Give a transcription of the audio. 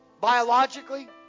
biologically